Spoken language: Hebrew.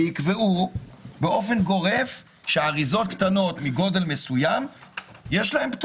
צריך לקבוע באופן גורף שאריזות קטנות מגודל מסוים מקבלות פטור.